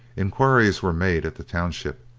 enquiries were made at the township,